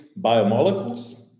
biomolecules